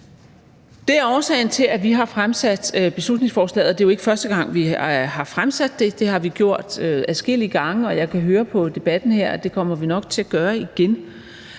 Det er årsagen til, at vi har fremsat beslutningsforslaget, og det er jo ikke første gang, vi har fremsat det. Det har vi gjort adskillige gange, og jeg kan høre på debatten her, at det kommer vi nok til at gøre igen.